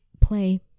play